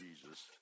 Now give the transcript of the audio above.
Jesus